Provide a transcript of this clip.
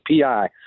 PI